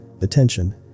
Attention